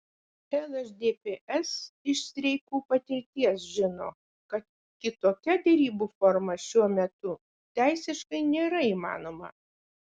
lšdps iš streikų patirties žino kad kitokia derybų forma šiuo metu teisiškai nėra įmanoma